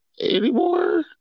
anymore